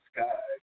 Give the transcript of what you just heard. Sky